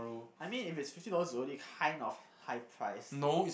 I mean if it's fifty dollars it's already kind of high price